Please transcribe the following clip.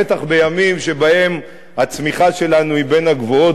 בטח בימים שבהם הצמיחה שלנו היא בין הגבוהות